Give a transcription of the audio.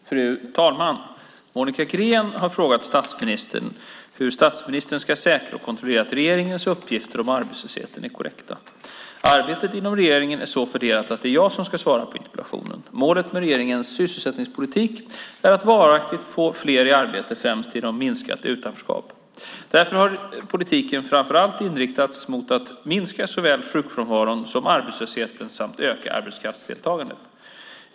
Fru talman! Monica Green har frågat statsministern hur statsministern ska säkra och kontrollera att regeringens uppgifter om arbetslösheten är korrekta. Arbetet inom regeringen är så fördelat att det är jag som ska svara på interpellationen. Målet med regeringens sysselsättningspolitik är att varaktigt få fler i arbete främst genom ett minskat utanförskap. Därför har politiken framför allt inriktats mot att minska såväl sjukfrånvaron som arbetslösheten samt att öka arbetskraftsdeltagandet.